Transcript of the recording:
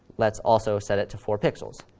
let's also set it to four pixels.